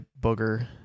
booger